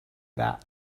that